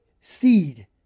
seed